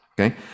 Okay